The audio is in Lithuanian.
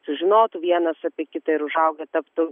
sužinotų vienas apie kitą ir užaugę taptų